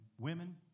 women